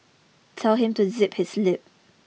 tell him to zip his lip